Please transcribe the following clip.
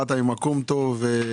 באת עם ממקום טוב,